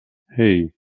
hey